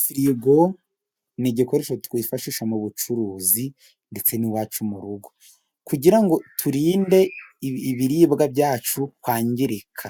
Forigo ni igikoresho twifashisha mu bucuruzi ndetse n'iwacu mu rugo, kugira ngo turinde ibiribwa byacu kwangirika,